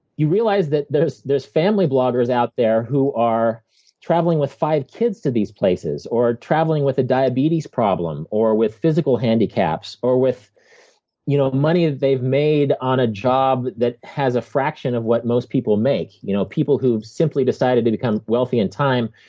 you realize that there's there's family bloggers out there who are traveling with five kids to these places, or traveling with a diabetes problem, or with physical handicaps, or with you know money that they've made on a job that has a fraction of what most people make, you know, people who have simply decided to become wealthy in time,